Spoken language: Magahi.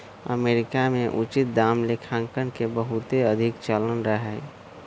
अमेरिका में उचित दाम लेखांकन के बहुते अधिक चलन रहै